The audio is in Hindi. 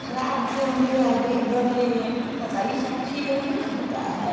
खराब किन दिया है दे दिएंगे तो ये सब ठीक नहीं ना होता है